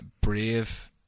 Brave